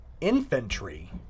Infantry